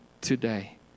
today